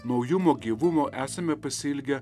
naujumo gyvumo esame pasiilgę